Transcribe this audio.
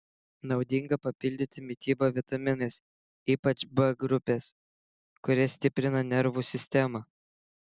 naudinga papildyti mitybą vitaminais ypač b grupės kurie stiprina nervų sistemą